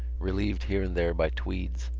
relieved here and there by tweeds,